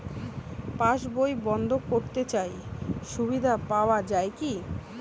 পাশ বই বন্দ করতে চাই সুবিধা পাওয়া যায় কি?